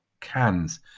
cans